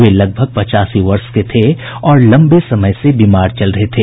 वे लगभग पचासी वर्ष के थे और लम्बे समय से बीमार चल रहे थे